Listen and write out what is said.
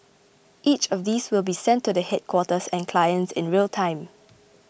each of these will be sent to the headquarters and clients in real time